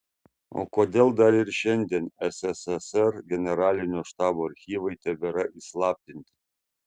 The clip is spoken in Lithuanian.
o kodėl dar ir šiandien sssr generalinio štabo archyvai tebėra įslaptinti